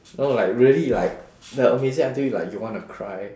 no like really like the amazing until like you want to cry